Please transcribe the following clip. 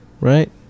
Right